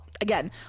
again